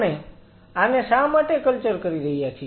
આપણે આને શા માટે કલ્ચર કરી રહ્યા છીએ